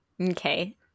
Okay